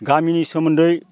गामिनि सोमोन्दै